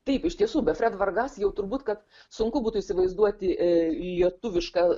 taip iš tiesų be fred vargas jau turbūt kad sunku būtų įsivaizduoti lietuvišką